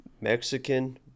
Mexican